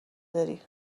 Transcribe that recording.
داری